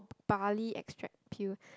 barley extract peel